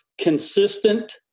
consistent